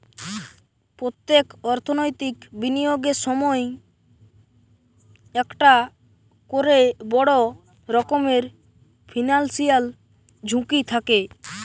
পোত্তেক অর্থনৈতিক বিনিয়োগের সময়ই একটা কোরে বড় রকমের ফিনান্সিয়াল ঝুঁকি থাকে